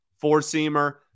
four-seamer